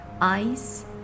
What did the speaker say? eyes